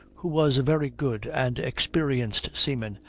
who was a very good and experienced seaman,